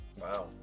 Wow